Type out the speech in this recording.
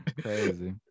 Crazy